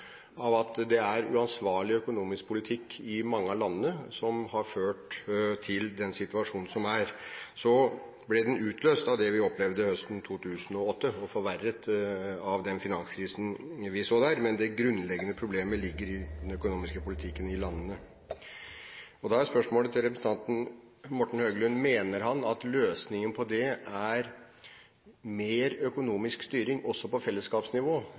av at det er uansvarlig økonomisk politikk i mange av landene som har ført til den situasjonen som er. Den ble utløst av det vi opplevde høsten 2008, og forverret av finanskrisen, men det grunnleggende problemet ligger i den økonomiske politikken i landene. Da er spørsmålet til representanten Morten Høglund: Mener han at løsningen på det er mer økonomisk styring, også på fellesskapsnivå,